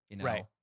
Right